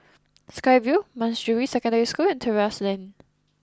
Sky Vue Manjusri Secondary School and Terrasse Lane